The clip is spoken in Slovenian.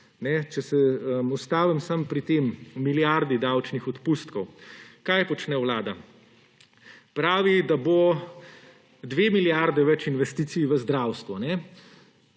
Če se ustavim samo pri tej milijardi davčnih odpustkov – kaj počne Vlada? Pravi, da bo 2 milijardi več investicij v zdravstvo